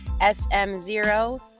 SM0